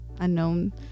unknown